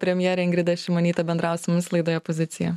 premjerė ingrida šimonytė bendravo su mumis laidoje pozicija